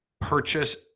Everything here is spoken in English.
purchase